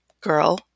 girl